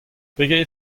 pegeit